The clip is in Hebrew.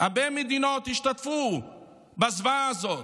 הרבה מדינות השתתפו בזוועה הזאת,